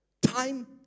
Time